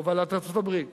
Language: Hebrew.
בהובלת ארצות-הברית,